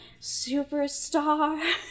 superstar